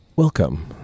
Welcome